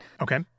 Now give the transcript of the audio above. Okay